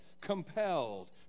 compelled